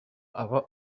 aba